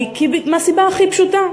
הוא מהסיבה הכי פשוטה: